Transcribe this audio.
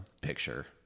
picture